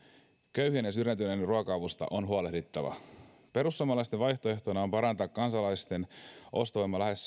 köyhien ja syrjäytyneiden ruoka avusta on huolehdittava perussuomalaisten vaihtoehtona on parantaa kansalaisten ostovoimaa lähes